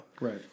Right